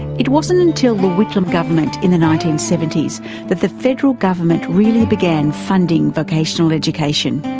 it wasn't and till the whitlam government in the nineteen seventy s that the federal government really began funding vocational education.